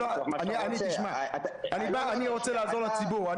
אני רוצה לעזור לציבור.